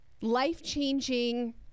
life-changing